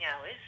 hours